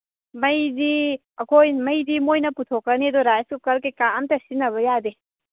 ꯃꯩꯗꯤ ꯑꯈꯣꯏ ꯃꯩꯗꯤ ꯃꯣꯏꯅ ꯄꯨꯊꯣꯛꯈꯔꯅꯤ ꯑꯗꯣ ꯔꯥꯏꯁ ꯀꯨꯀꯔ ꯀꯩꯀꯥ ꯑꯝꯇ ꯁꯤꯖꯤꯟꯅꯕ ꯌꯥꯗꯦ